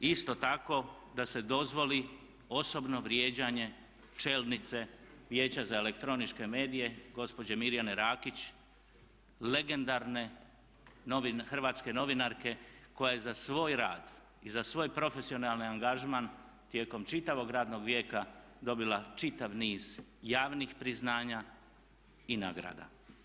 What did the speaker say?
Isto tako da se dozvoli osobno vrijeđanje čelnice Vijeća za elektroničke medije gospođe Mirjane Rakić, legendarne hrvatske novinarke koja je za svoj rad i za svoj profesionalni angažman tijekom čitavog radnog vijeka dobila čitav niz javnih priznanja i nagrada.